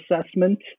assessment